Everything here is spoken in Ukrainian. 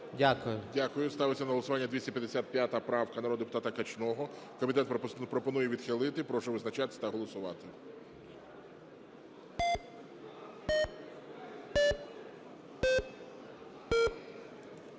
колеги, ставиться на голосування 257 правка народного депутата Кальцева. Комітет пропонує її відхилити. Прошу визначатися та голосувати.